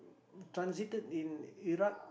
transited in Iraq